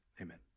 amen